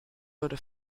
würde